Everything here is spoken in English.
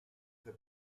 the